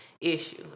issue